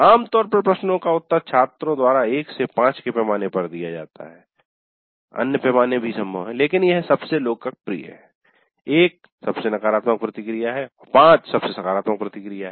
आमतौर पर प्रश्नों का उत्तर छात्रों द्वारा 1 से 5 के पैमाने पर दिया जाता है अन्य पैमाने संभव हैं लेकिन यह सबसे लोकप्रिय है 1 सबसे नकारात्मक प्रतिक्रिया है और 5 सबसे सकारात्मक प्रतिक्रिया है